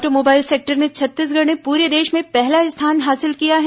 automobile sector में छत्तीसगढ़ ने पूरे देश में पहला स्थान हासिल किया है